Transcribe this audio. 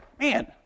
man